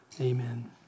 Amen